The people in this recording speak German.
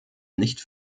nicht